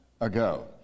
ago